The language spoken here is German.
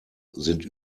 sind